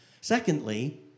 Secondly